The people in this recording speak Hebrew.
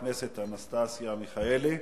חברת הכנסת אנסטסיה מיכאלי,